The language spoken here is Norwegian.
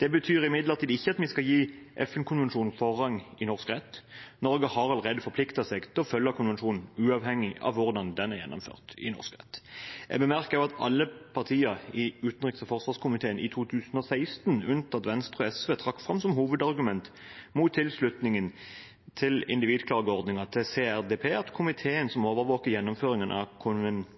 Det betyr imidlertid ikke at vi skal gi FN-konvensjonen forrang i norsk rett. Norge har allerede forpliktet seg til å følge konvensjonen, uavhengig av hvordan den er gjennomført i norsk rett. Jeg bemerker også at alle partier i utenriks- og forsvarskomiteen, unntatt Venstre og SV, i 2016 trakk fram som hovedargument mot tilslutningen til individklageordningen til CRPD at komiteen som overvåker gjennomføringen av